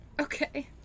Okay